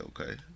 Okay